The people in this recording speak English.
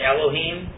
Elohim